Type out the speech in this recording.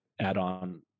add-on